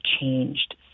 changed